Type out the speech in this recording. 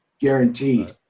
guaranteed